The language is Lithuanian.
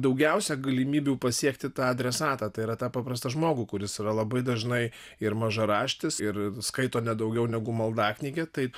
daugiausia galimybių pasiekti tą adresatą tai yra tą paprastą žmogų kuris yra labai dažnai ir mažaraštis ir skaito ne daugiau negu maldaknygę tai